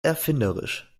erfinderisch